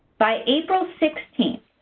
by april sixteen,